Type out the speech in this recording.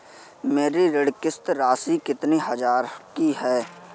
मेरी ऋण किश्त राशि कितनी हजार की है?